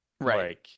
Right